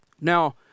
Now